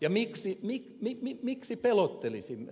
ja miksi pelottelisimme